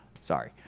Sorry